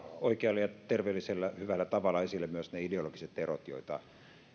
oikealla ja terveellisellä hyvällä tavalla esille myös ne ideologiset erot joita